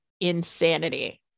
insanity